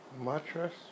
Mattress